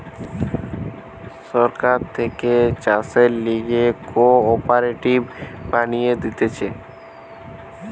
সরকার থাকে ম্যালা সময় চাষের লিগে কোঅপারেটিভ বানিয়ে দিতেছে